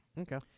Okay